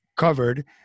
covered